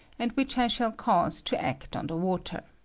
and which i shall cause to act on the water.